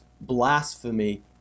blasphemy